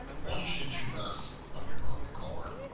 why should you thus, of your accord,